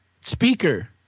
speaker